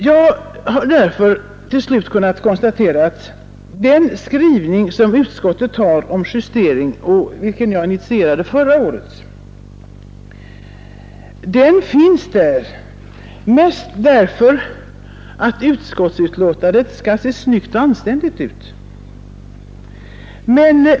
Jag har därför till slut kunnat konstatera att den skrivning som utskottet har om justering och vilken jag initierade förra året finns där mest för att utskottets betänkande skall se snyggt och anständigt ut.